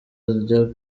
ajya